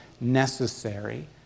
necessary